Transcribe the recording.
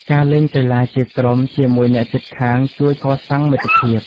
ការលេងកីឡាជាក្រុមជាមួយអ្នកជិតខាងជួយកសាងមិត្តភាព។